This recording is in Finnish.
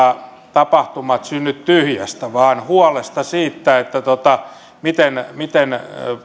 tapahtumat synny tyhjästä vaan huolesta miten miten